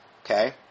Okay